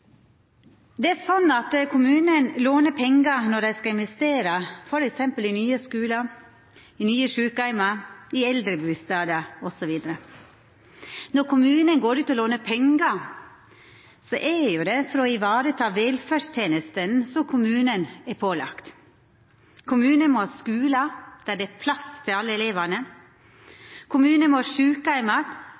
låner pengar når dei skal investera t.d. i nye skular, i nye sjukeheimar, i eldrebustadar osv. Når kommunen går ut og låner pengar, er det for å vareta velferdstenestene som kommunen er pålagd. Kommunar må ha skular der det er plass til alle elevane, og kommunar må